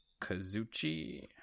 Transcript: Kazuchi